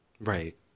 Right